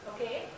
Okay